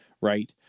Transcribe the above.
right